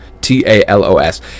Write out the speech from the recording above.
T-A-L-O-S